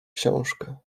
książkę